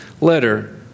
letter